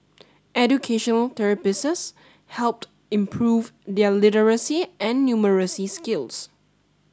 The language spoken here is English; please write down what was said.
educational helped improve their literacy and numeracy skills